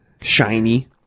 Shiny